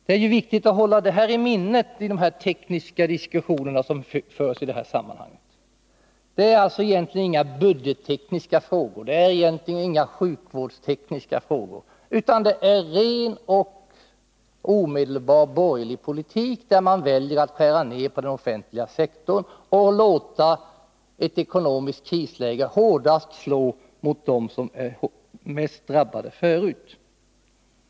Det är viktigt att hålla detta i minnet i de tekniska diskussioner som förs i detta sammanhang. Det är alltså egentligen inga budgettekniska frågor eller sjukvårdstekniska frågor, utan det är ren och omedelbar borgerlig politik, där man väljer att skära ned på den offentliga sektorn och låta ett ekonomiskt krisläge hårdast slå mot dem som är mest drabbade förut.